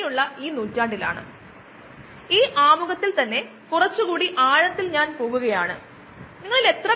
ഇവിടെ കാണിച്ചിരിക്കുന്നതുപോലെ അവ പ്രകാശത്തിന് വിധേയമാവുകയും അവ തിരികെ വരികയും ബയോ ഓയിൽ ശേഖരിക്കുന്നതിനായി ഫോട്ടോ സമന്വയിപ്പിക്കുകയും ചെയ്യുന്നു